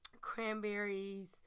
cranberries